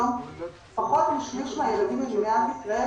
היום פחות משליש מהילדים במדינת ישראל,